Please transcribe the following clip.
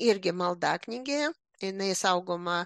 irgi maldaknygėje jinai saugoma